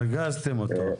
הרגזתם אותו.